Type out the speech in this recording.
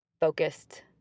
focused